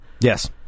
Yes